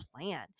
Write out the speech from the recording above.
plan